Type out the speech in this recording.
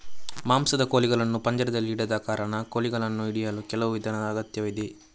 ಮಾಂಸದ ಕೋಳಿಗಳನ್ನು ಪಂಜರದಲ್ಲಿ ಇಡದ ಕಾರಣ, ಕೋಳಿಗಳನ್ನು ಹಿಡಿಯಲು ಕೆಲವು ವಿಧಾನದ ಅಗತ್ಯವಿದೆ